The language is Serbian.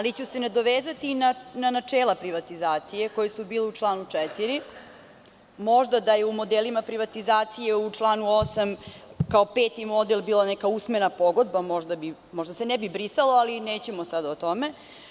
Nadovezaću se na načela privatizacije, koja su bila u članu 4. Možda da je u modelima privatizacije u članu 8, kao peti model, bila neka usmena pogodba, možda se ne bi brisalo, ali nećemo o tome.